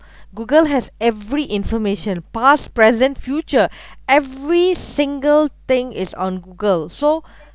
google has every information past present future every single thing is on google so